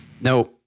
No